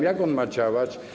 Jak on ma działać?